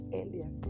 earlier